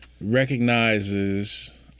recognizes